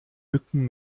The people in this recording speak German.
mücken